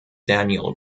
daniel